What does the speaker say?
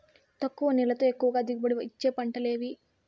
తక్కువ నీళ్లతో ఎక్కువగా దిగుబడి ఇచ్చే పంటలు ఏవి?